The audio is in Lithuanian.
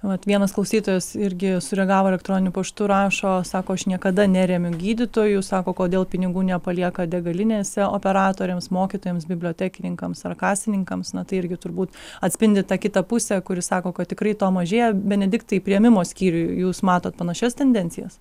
vat vienas klausytojas irgi sureagavo elektroniniu paštu rašo sako aš niekada neremiu gydytojų sako kodėl pinigų nepalieka degalinėse operatoriams mokytojams bibliotekininkams ar kasininkams na tai irgi turbūt atspindi tą kitą pusę kuri sako kad tikrai to mažėja benediktai priėmimo skyriuj jūs matot panašias tendencijas